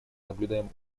наблюдаем